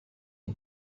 you